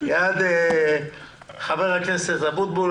לחבר הכנסת משה אבוטבול,